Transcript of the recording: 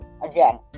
Again